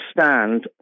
understand